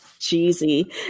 cheesy